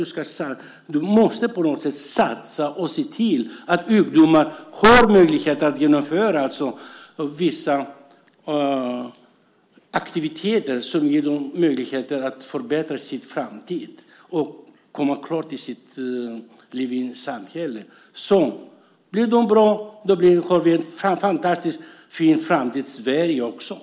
Du måste satsa och se till att ungdomar får möjligheter att genomföra vissa aktiviteter som ger dem chansen att få en bättre framtid och bli en del av samhället. Blir det bra för dem blir det också en fantastiskt fin framtid för Sverige.